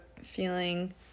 feeling